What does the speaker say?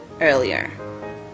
earlier